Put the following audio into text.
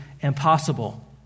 impossible